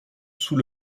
sous